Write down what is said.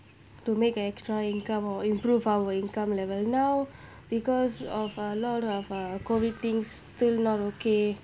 to make an extra income or improve our income level now because of a lot of uh COVID things still not okay